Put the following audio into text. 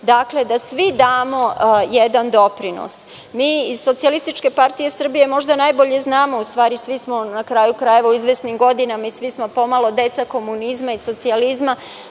Dakle, da svi damo jedan doprinos. Mi iz SPS možda najbolje znamo, u stvari svi smo, na kraju krajeva, u izvesnim godinama i svi smo pomalo deca komunizma i socijalizma,